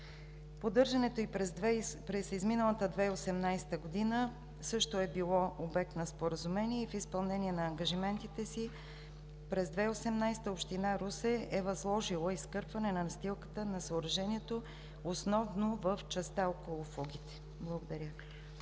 Поддържането и през изминалата 2018 г. също е било обект на споразумение и в изпълнение на ангажиментите си през 2018-а Община Русе е възложила изкърпване на настилката на съоръжението основно в частта около фугите. Благодаря